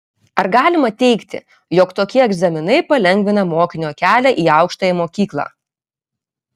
ar galima teigti jog tokie egzaminai palengvina mokinio kelią į aukštąją mokyklą